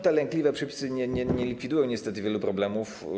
Te lękliwe przepisy nie likwidują niestety wielu problemów.